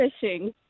fishing